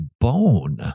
bone